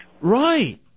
Right